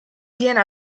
viene